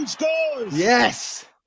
yes